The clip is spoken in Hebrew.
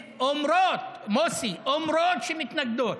מוסי, אומרות שמתנגדות.